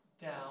down